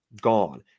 gone